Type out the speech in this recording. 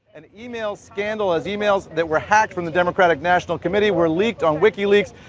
an email scandal as emails that were hacked from the democratic national committee were leaked on wikileaks.